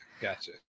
Gotcha